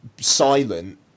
silent